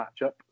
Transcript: matchup